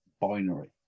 binary